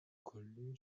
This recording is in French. connu